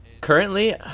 Currently